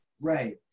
Right